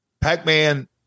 Pac-Man